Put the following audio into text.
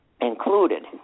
Included